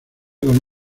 con